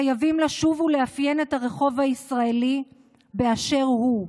חייבות לשוב ולאפיין את הרחוב הישראלי באשר הוא.